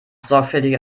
sorgfältiger